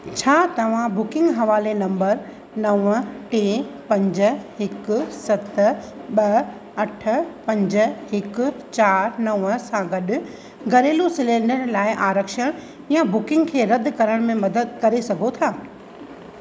छा तव्हां बुकिंग हवाले नंबर नव टे पंज हिकु सत ॿ अठ पंज हिकु चारि नव सां गॾु घरेलू सिलेंडर लाइ आरक्षण यां बुकिंग खे रद्द करण में मदद करे सघो था